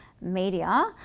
media